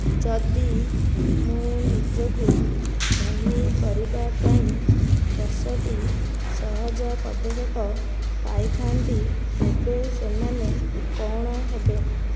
ଯଦି ମୁଁ ନିଜକୁ ଧନୀ କରିବା ପାଇଁ ଦଶଟି ସହଜ ପଦକ୍ଷେପ ପାଇଥାନ୍ତି ତେବେ ସେମାନେ କ'ଣ ହେବେ